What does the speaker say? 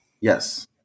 Yes